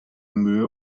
mühe